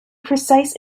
precise